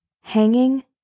Hanging